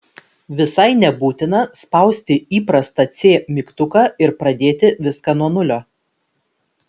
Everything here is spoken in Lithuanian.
visai nebūtina spausti įprastą c mygtuką ir pradėti viską nuo nulio